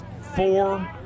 four